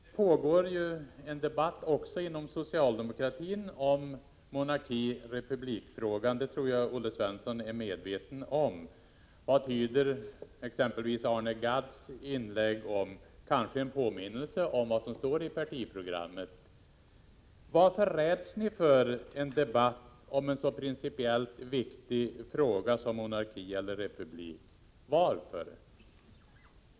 Fru talman! Det pågår ju en debatt också inom socialdemokratin om monarki-republik-frågan — det tror jag Olle Svensson är medveten om. Vad tyder exempelvis Arne Gadds inlägg på? Kanske är det en påminnelse om vad som står i partiprogrammet. Varför räds ni för en debatt om en så principiellt viktig fråga som den om monarki eller republik?